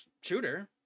shooter